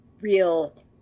real